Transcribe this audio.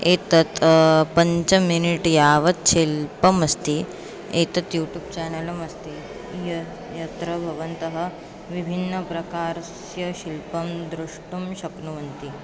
एतत् पञ्चमिनिट् यावत् शिल्पमस्ति एतत् यूट्यूब् चानलमस्ति यत् यत्र भवन्तः विभिन्नप्रकारस्य शिल्पं द्रुष्टुं शक्नुवन्ति